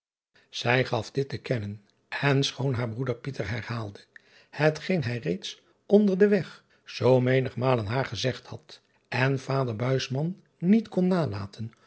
ij gaf dit te kennen en schoon haar broeder herhaalde hetgeen hij reeds onder den weg zoo menigmalen haar gezegd had en vader niet kon nalaten